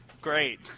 Great